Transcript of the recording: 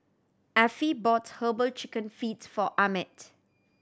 Affie bought Herbal Chicken Feet for Ahmed